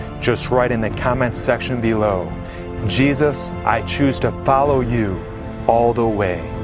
just write in the comment section below jesus, i choose to follow you all the way.